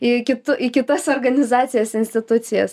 ir kitu į kitas organizacijas institucijas